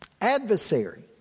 adversary